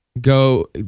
go